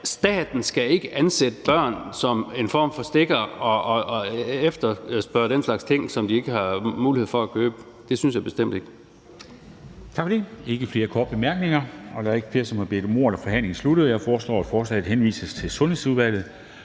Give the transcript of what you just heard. staten ikke skal ansætte børn som en form for stikkere til at efterspørge den slags ting, som de ikke har mulighed for at købe. Det synes jeg bestemt ikke.